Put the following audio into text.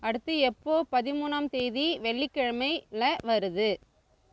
அடுத்து எப்போது பதிமூணாம் தேதி வெள்ளிக்கிழமையில் வருது